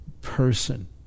person